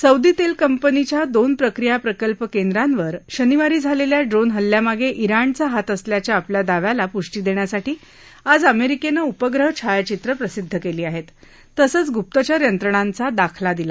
Saudi तेल कंपनीच्या दोन प्रक्रिया प्रकल्प केंद्रावर शनिवारी झालेल्या ड्रोन हल्ल्यामागे जिणाचा हात असल्याच्या आपल्या दाव्याला पुष्टी देण्यासाठी आज अमेरिकेनं उपग्रह छायाचित्र प्रसिद्ध केली आहेत तसंच गुप्तचर यंत्रणांचा दाखला दिला